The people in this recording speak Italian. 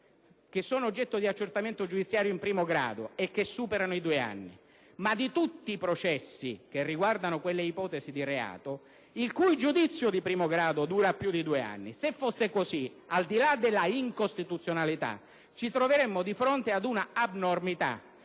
che sono oggetto di accertamento giudiziario in primo grado e che superano i due anni ma tutti i processi che riguardano quelle ipotesi di reato il cui giudizio di primo grado dura più di due anni. Se fosse così, al di là della incostituzionalità, ci troveremmo di fronte ad una abnormità